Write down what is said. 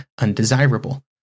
undesirable